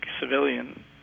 civilian